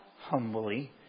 humbly